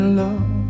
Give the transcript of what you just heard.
love